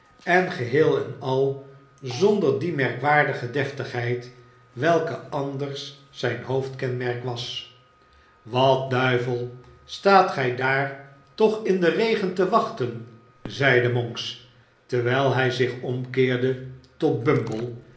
en geheel en al zonder die merkwaardige deftigheid welke anders zijm hoofdkenmerk was wat duivel staat gij daar toch in den regen te wachten zeide monks terwijl hij zich omkeerde tot bumble